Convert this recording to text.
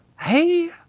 Hey